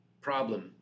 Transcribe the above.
problem